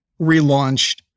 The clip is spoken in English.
relaunched